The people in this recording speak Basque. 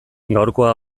gaurkoa